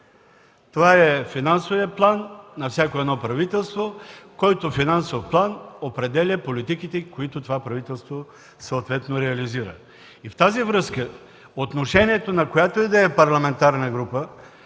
Това е финансовият план на всяко правителство, който определя политиките, които това правителство съответно реализира. В тази връзка отношението на която и да е парламентарна група